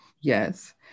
Yes